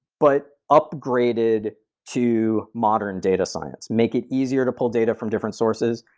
but upgraded to modern data science? make it easier to pull data from different sources.